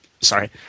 sorry